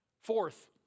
Fourth